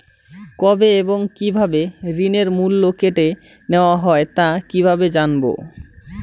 কবে এবং কিভাবে ঋণের মূল্য কেটে নেওয়া হয় তা কিভাবে জানবো?